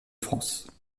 france